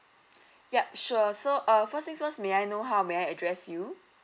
yup sure so uh first things first may I know how may I address you